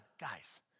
Guys